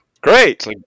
great